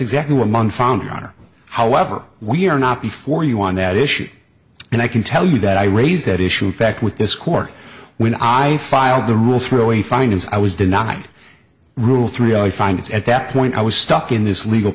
exactly one month found your honor however we are not before you on that issue and i can tell you that i raised that issue in fact with this court when i filed the rule throwing findings i was denied rule three i find it's at that point i was stuck in this legal